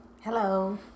Hello